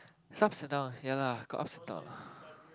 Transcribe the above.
it's ups and down ya lah got ups and down lah